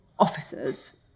officers